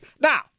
Now